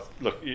look